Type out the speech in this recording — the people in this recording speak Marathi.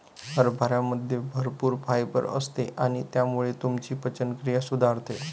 हरभऱ्यामध्ये भरपूर फायबर असते आणि त्यामुळे तुमची पचनक्रिया सुधारते